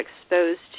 exposed